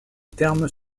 termes